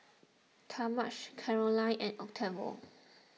Talmadge Caroline and Octavio